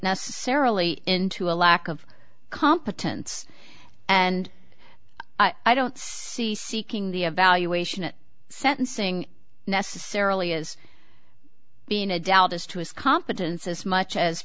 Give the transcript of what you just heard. necessarily into a lack of competence and i don't see seeking the evaluation at sentencing necessarily as being a doubt as to his competence as much as